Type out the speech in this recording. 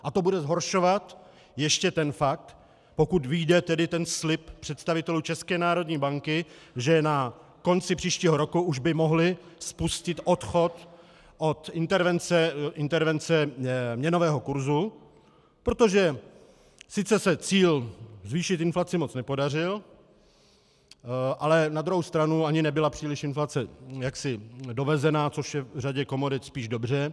A to bude zhoršovat ještě ten fakt, pokud vyjde slib představitelů České národní banky, že na konci příštího roku už by mohli spustit odchod od intervence měnového kurzu, protože sice se cíl zvýšit inflaci moc nepodařil, ale na druhou stranu ani nebyla příliš inflace dovezena, což je u řady komodit spíše dobře.